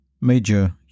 Major